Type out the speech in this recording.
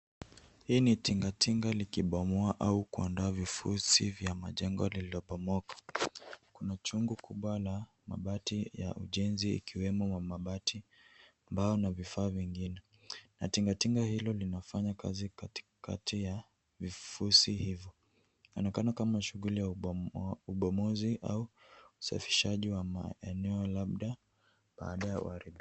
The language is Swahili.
Hii ni tingatinga likibomoa au kuondoa vifuzi vya jengo liloboomoka. Kuna chungu kubwa la mabati ya ujenzi likiwemo wa mabati, mbao na vifaa vingine. Tinga tinga hilo linafanya kazi katikati ya vifuzi hivyo inaonekana kama shughuli ya ubomozi au usafishaji wa maeneo labda baada ya uharibifu.